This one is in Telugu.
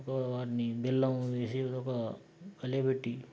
సో వాటిని బెల్లం వేసి ఒక కలియబెట్టి